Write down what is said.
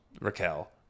Raquel